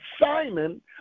Simon